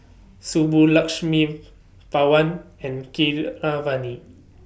Subbulakshmi Pawan and Keeravani